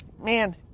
Man